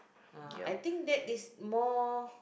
uh I think that is more